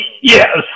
yes